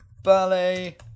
Ballet